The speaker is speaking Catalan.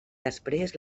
després